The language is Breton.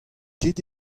ket